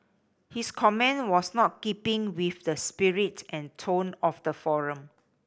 his comment was not keeping with the spirit and tone of the forum